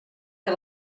que